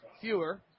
fewer